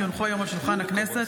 כי הונחו היום על שולחן הכנסת,